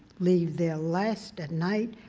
leave there last at night.